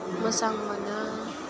मोजां मोनो